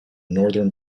northern